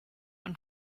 and